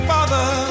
Father